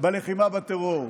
בלחימה בטרור.